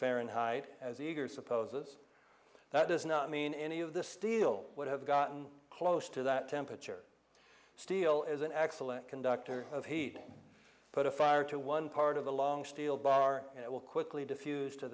fahrenheit as eager supposes that does not mean any of the steel would have gotten close to that temperature steel is an excellent conductor of heat put a fire to one part of the long steel bar and it will quickly diffused to